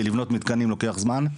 כי לבנות מתקנים לוקח זמן.